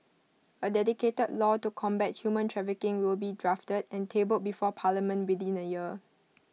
A dedicated law to combat human trafficking will be drafted and tabled before parliament within A year